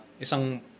isang